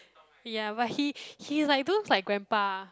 ya but he he like those like grandpa